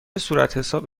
صورتحساب